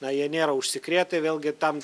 na jie nėra užsikrėtę vėlgi tam